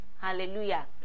Hallelujah